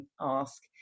ask